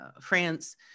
France